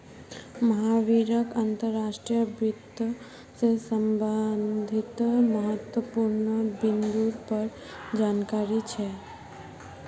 महावीरक अंतर्राष्ट्रीय वित्त से संबंधित महत्वपूर्ण बिन्दुर पर जानकारी छे